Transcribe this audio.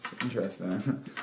interesting